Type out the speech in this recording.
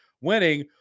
winning